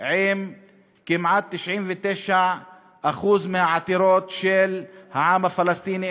עם כמעט 99% מהעתירות של העם הפלסטיני,